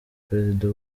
perezida